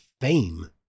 fame